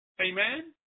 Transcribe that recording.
Amen